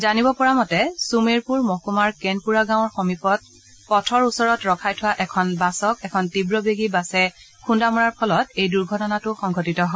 জানিব পৰা মতে ছুমেৰপুৰ মহকুমাৰ কেনপুৰা গাঁৱৰ সমীপত পথৰ ওচৰত ৰখাই থোৱা এখন বাছক এখন তীৱ বেগী বাছে খুন্দা মৰাৰ ফলতে এই দুৰ্ঘটনাটো সংঘটিত হয়